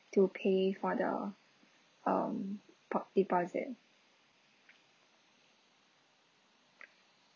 to pay for the um po~ deposit